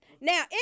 Now